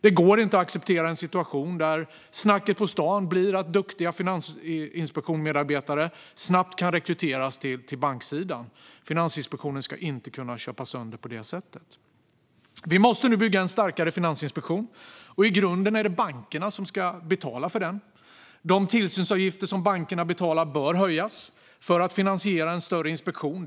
Det går inte att acceptera en situation där snacket på stan blir att duktiga medarbetare på Finansinspektionen snabbt kan rekryteras till banksidan. Finansinspektionen ska inte kunna köpas sönder på det sättet. Vi måste nu bygga en starkare finansinspektion, och i grunden är det bankerna som ska betala för den. De tillsynsavgifter som bankerna betalar bör höjas för att finansiera en större inspektion.